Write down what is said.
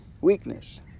weakness